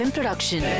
Production